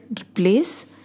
replace